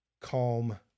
calm